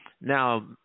now